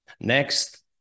Next